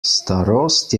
starost